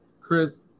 Chris